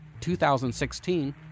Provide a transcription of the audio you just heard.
2016